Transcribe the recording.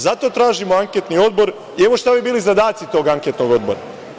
Zato tražimo anketni odbor i evo šta bi bili zadaci tog anketnog odbora.